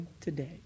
today